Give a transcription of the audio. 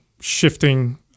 shifting